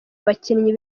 abakinnyi